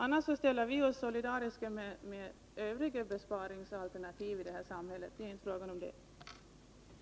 Vi ställer oss solidariska till övriga besparingsalternativ i samhället, men det är inte det saken gäller.